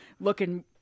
looking